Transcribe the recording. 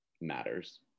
matters